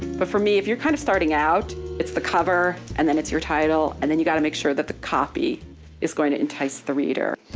but for me if you're kind of starting out, it's the cover and then it's your title and then you gotta make sure that the copy is going to entice the reader.